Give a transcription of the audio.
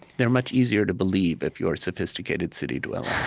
they're much easier to believe, if you're a sophisticated city dweller